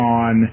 on